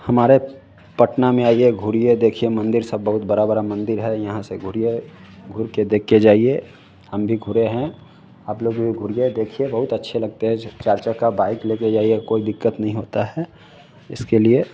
हमारे पटना में आइए घूमिए देखिए मंदिर सब बहुत बड़े बड़े मंदिर हैं यहाँ से घूमिए घूमकर देखकर जाइए हम भी घूमे हैं आप लोग भी घूमिए देखिए बहुत अच्छे लगते हैं चार चार का बाइक लेकर जाइए कोई दिक्कत नहीं होता है इसके लिए